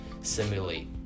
simulate